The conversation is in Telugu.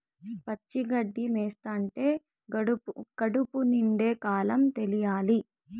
పచ్చి గడ్డి మేస్తంటే కడుపు నిండే కాలం తెలియలా